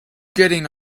getting